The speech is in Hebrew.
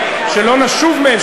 שלא נשוב מהם,